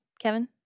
Kevin